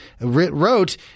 wrote